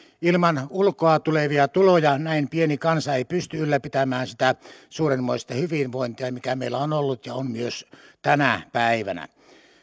ilman ulkoa tulevia tuloja näin pieni kansa ei pysty ylläpitämään sitä suurenmoista hyvinvointia mikä meillä on ollut ja on myös tänä päivänä